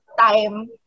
time